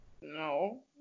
No